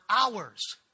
hours